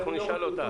אנחנו נשאל אותה.